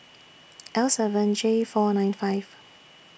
L seven J four nine five